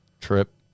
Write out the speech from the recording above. trip